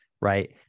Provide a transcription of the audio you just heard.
right